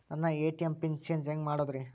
ನನ್ನ ATM pin change ಹೆಂಗ್ ಮಾಡೋದ್ರಿ?